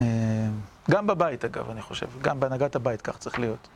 גם בבית אגב אני חושב, גם בהנהגת הבית כך צריך להיות